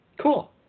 cool